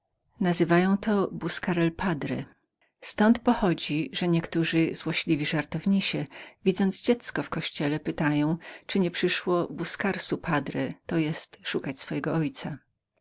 nazywają to buscar el su padre ztąd pochodzi że niektórzy złośliwi żartownisie widząc dziecko w kościele pytają czy nie przyszło buscar el su padre to jest szukać swego ojca